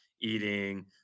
eating